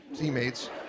teammates